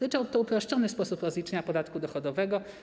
Ryczałt to uproszczony sposób rozliczenia podatku dochodowego.